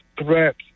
threats